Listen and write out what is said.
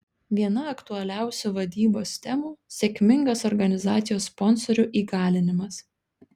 viena aktualiausių vadybos temų sėkmingas organizacijos sponsorių įgalinimas